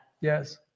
Yes